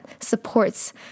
supports